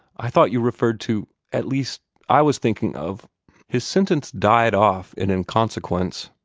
i thought you referred to at least i was thinking of his sentence died off in inconsequence.